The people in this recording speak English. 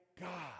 God